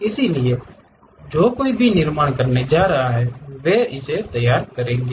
इसलिए जो कोई भी निर्माण करने जा रहा है वे इसे तैयार करेंगे